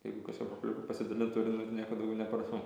tai jeigu kažkur populiaru pasidalint turiniu nieko daugiau neprašau